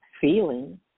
feeling